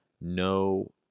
no